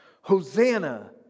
Hosanna